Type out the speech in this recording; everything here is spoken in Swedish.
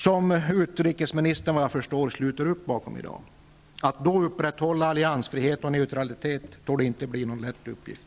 Såvitt jag förstår sluter utrikesministern i dag upp bakom denna. Att i det läget upprätthålla alliansfrihet och neutralitet torde inte vara en lätt uppgift.